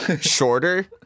shorter